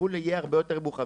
והטיפול יהיה הרבה יותר מורחב,